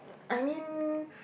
I mean